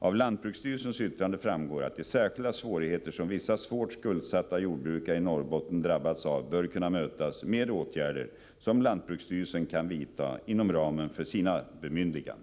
Av lantbruksstyrelsens yttrande framgår att de särskilda svårigheter som vissa svårt skuldsatta jordbrukare i Norrbotten drabbats av bör kunna mötas med åtgärder som lantbruksstyrelsen kan vidta inom ramen för sina bemyndiganden.